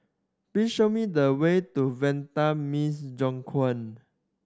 please show me the way to Vanda Miss Joaquim